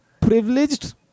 privileged